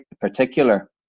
particular